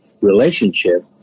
relationship